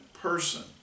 person